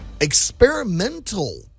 experimental